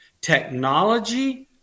Technology